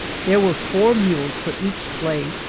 there were four mules for each sleigh,